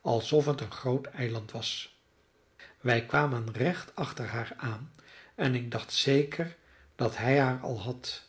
alsof het een groot eiland was wij kwamen recht achter haar aan en ik dacht zeker dat hij haar al had